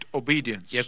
obedience